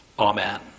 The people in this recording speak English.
Amen